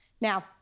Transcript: Now